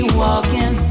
walking